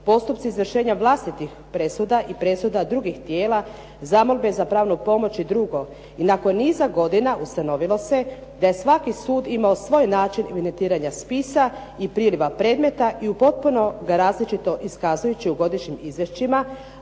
postupci izvršenja vlastitih presuda i presuda drugih tijela, zamolbe za pravnu pomoć i drugo i nakon niza godina ustanovilo se da je svaki sud imao svoj način evidentiranja spisa i priliva predmeta i u potpuno ga različito iskazujući u godišnjim izvješćima,